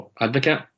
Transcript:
advocate